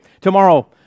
tomorrow